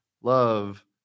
love